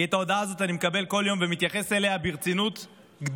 כי את ההודעה הזאת אני מקבל כל יום ומתייחס אליה ברצינות גדולה,